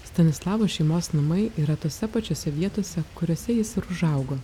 stanislavo šeimos namai yra tose pačiose vietose kuriose jis ir užaugo